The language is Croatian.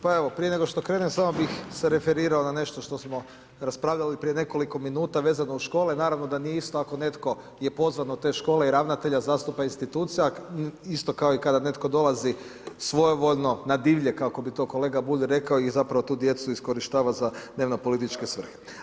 Pa evo, prije nego što krenem, samo bih se referirao na nešto što smo raspravljali prije nekoliko minuta vezano uz škole, naravno da nije isto ako je netko pozvan od te škole i ravnatelja zastupa institucija isto kao i kada netko dolazi svojevoljno na divlje, kako bi to kolega Bulj rekao, i zapravo tu djecu iskorištava za dnevno političke svrhe.